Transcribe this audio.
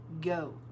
go